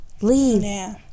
Leave